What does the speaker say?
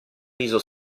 riso